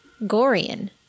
Gorian